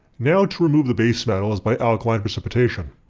now to remove the base metals by alkaline precipitation.